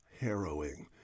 harrowing